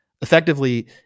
Effectively